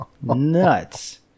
Nuts